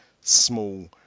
small